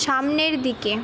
সামনের দিকে